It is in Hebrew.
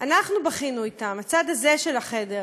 אנחנו בכינו אתם, הצד הזה של החדר.